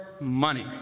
money